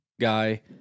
guy